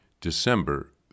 December